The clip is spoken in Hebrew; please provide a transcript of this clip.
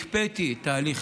הקפאתי את תהליך